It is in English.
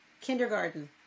Kindergarten